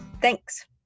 Thanks